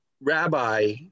Rabbi